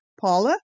Paula